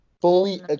fully